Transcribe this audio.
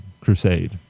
crusade